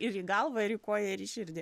ir į galvą ir į koją ir į širdį